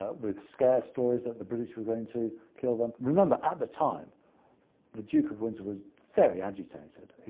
ah with scare stories that the british were going to kill them. remember at the time the duke of windsor was very agitated.